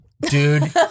Dude